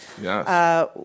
Yes